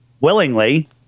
willingly